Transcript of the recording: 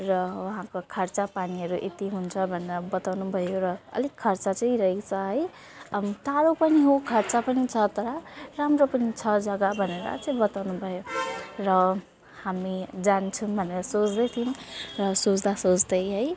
र वहाँको खर्चपानीहरू यति हुन्छ भनेर बताउनु भयो र अलिक खर्च चाहिँ रहेछ है अनि टाढो पनि हो खर्च पनि छ तर राम्रो पनि छ जग्गा भनेर चाहिँ बताउनु भयो र हामी जान्छौँ भनेर सोच्दै थियौँ सोच्दा सोच्दै है